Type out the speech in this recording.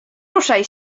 ruszaj